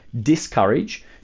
discourage